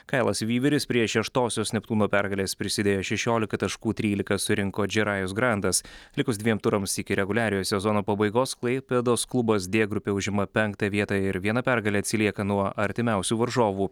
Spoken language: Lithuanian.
kailas vyveris prie šeštosios neptūno pergalės prisidėjo šešiolika taškų trylika surinko džerajus grantas likus dviem turams iki reguliariojo sezono pabaigos klaipėdos klubas d grupėj užima penktą vietą ir viena pergale atsilieka nuo artimiausių varžovų